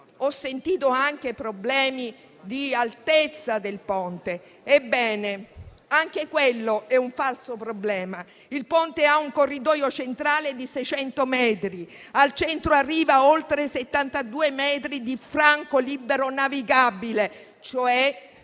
Ho sentito anche di problemi sull'altezza del Ponte. Ebbene, anche quello è un falso problema. Il Ponte avrà un corridoio centrale di 600 metri; al centro arriva ad oltre 72 metri di franco libero navigabile. Ciò